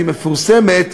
היא מפורסמת,